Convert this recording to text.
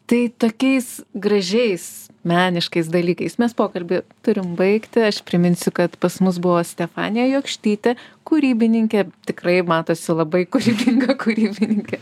tai tokiais gražiais meniškais dalykais mes pokalbį turim baigti aš priminsiu kad pas mus buvo stefanija jokštytė kūrybininkė tikrai matosi labai kūrybinga kūrybininkė